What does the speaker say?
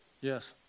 Yes